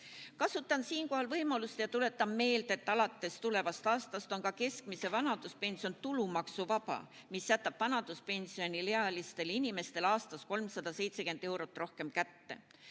Kasutan siinkohal võimalust ja tuletan meelde, et tulevast aastast on ka keskmine vanaduspension tulumaksuvaba, mis jätab vanaduspensioniealistele inimestele aastas 370 eurot rohkem kätte.